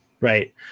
Right